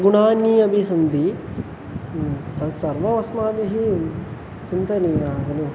गुणाः अपि सन्ति तत्सर्वमस्माभिः चिन्तनीयः खलु